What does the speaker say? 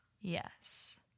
Yes